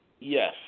Yes